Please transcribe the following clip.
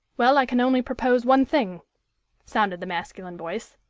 well, i can only propose one thing sounded the masculine voice.